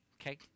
Okay